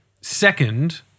second